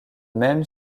même